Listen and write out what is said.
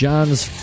John's